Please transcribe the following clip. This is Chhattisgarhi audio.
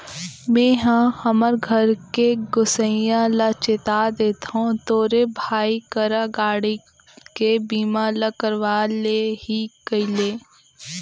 मेंहा हमर घर के गोसइया ल चेता देथव तोरे भाई करा गाड़ी के बीमा ल करवा ले ही कइले